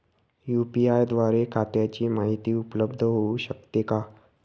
UPI द्वारे खात्याची माहिती उपलब्ध होऊ शकते का?